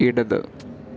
ഇടത്